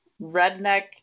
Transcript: redneck